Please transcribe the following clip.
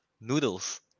noodles